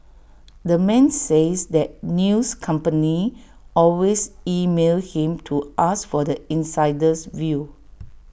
the man says that news companies always email him to ask for the insider's view